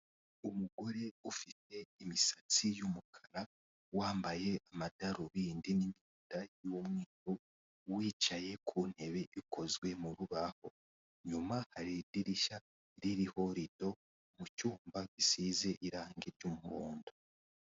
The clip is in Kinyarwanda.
Umugore ufite imisatsi yumukara wambaye amadarubindi nimyenda yumweru wicaye ku ntebe ikozwe mu rubaho nyuma hari idirishya ririho rido mu cyumba gisize irangi ry'umuhondo.